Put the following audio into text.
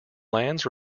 lands